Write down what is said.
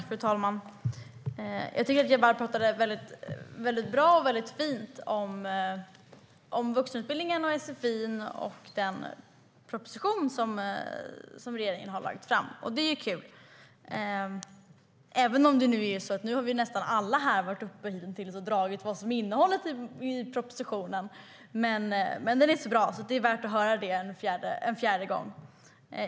Fru talman! Jabar Amin talade väldigt bra och fint om vuxenutbildningen, sfi:n och den proposition som regeringen har lagt fram. Det är kul. Nu har vi nästan alla varit uppe och dragit vad propositionen innehåller. Men den är så bra att det är värt att höra det en fjärde gång.